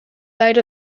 gair